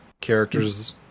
characters